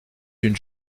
une